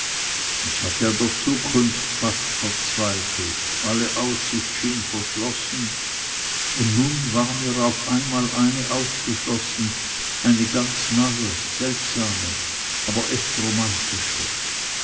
ich hatte an der zukunft fast verzweifelt alle aussicht schien verschlossen und nun war mir auf einmal eine aufgeschlossen eine ganz neue seltsame aber echt romantische